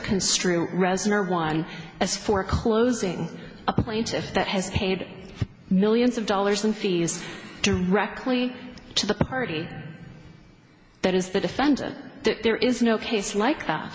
construe reznor one as for closing a plaintiff that has paid millions of dollars in fees directly to the party that is the defendant there is no case like that